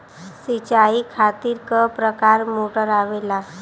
सिचाई खातीर क प्रकार मोटर आवेला?